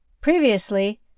Previously